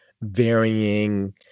varying